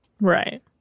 Right